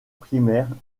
primaires